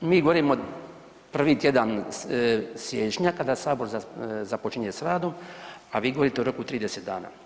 Mi govorimo prvi tjedan siječnja kada sabor započinje s radom, a vi govorite o roku 30 dana.